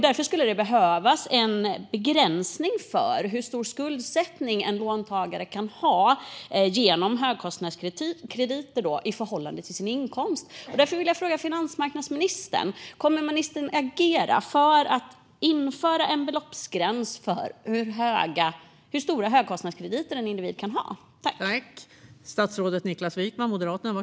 Därför skulle det behövas en begränsning för hur stor skuldsättning en låntagare kan ha genom högkostnadskrediter i förhållande till sin inkomst. Jag vill fråga finansmarknadsministern om han kommer att agera för att införa en beloppsgräns för hur stora högkostnadskrediter en individ kan ha.